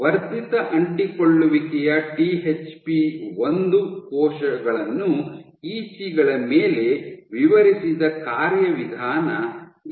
ವರ್ಧಿತ ಅಂಟಿಕೊಳ್ಳುವಿಕೆಯ T H P ಒಂದು ಕೋಶಗಳನ್ನು ಇಸಿ ಗಳ ಮೇಲೆ ವಿವರಿಸಿದ ಕಾರ್ಯವಿಧಾನ ಇದು